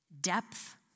depth